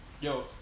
yo